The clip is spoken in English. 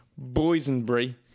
boysenberry